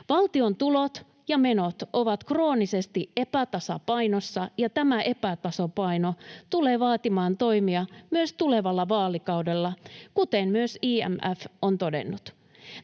Valtion tulot ja menot ovat kroonisesti epätasapainossa, ja tämä epätasapaino tulee vaatimaan toimia myös tulevalla vaalikaudella, kuten myös IMF on todennut.